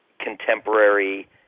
contemporary